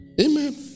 Amen